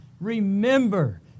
remember